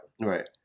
Right